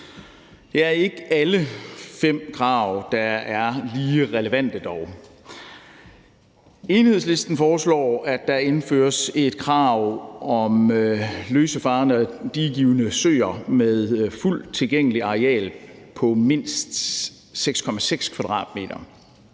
Det er dog ikke alle fem krav, der er lige relevante. Enhedslisten foreslår, at der indføres et krav omkring løse farende og diegivende søer i forhold til et fuldt tilgængeligt areal på mindst 6,6 m². Der mener